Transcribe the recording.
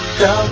go